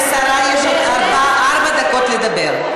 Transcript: לשרה יש ארבע דקות לדבר.